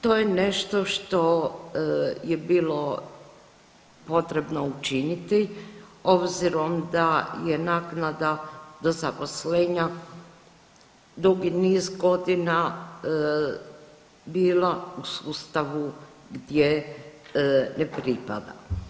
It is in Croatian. To je nešto što je bilo potrebno učiniti obzirom da je naknada do zaposlenja dugi niz godina bila u sustavu gdje ne pripada.